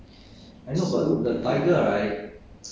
not so not so pure anymore lah not so good anymore lah